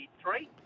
three